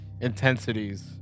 intensities